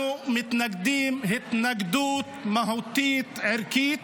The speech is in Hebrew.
אנחנו מתנגדים התנגדות מהותית, ערכית,